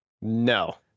No